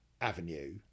avenue